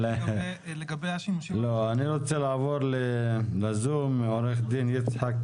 אני רוצה לעבור לזום, עו"ד יצחק